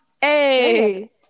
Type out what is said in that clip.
hey